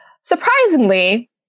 Surprisingly